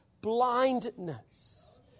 blindness